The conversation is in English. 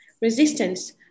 resistance